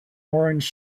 orange